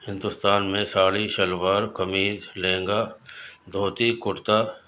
ہندوستان میں ساڑی شلوار قمیض لہنگا دھوتی کرتا